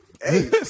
Hey